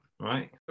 Right